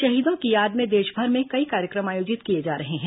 शहीदों की याद में देशभर में कई कार्यक्रम आयोजित किए जा रहे हैं